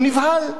הוא נבהל,